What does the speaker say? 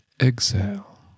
Exhale